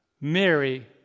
Mary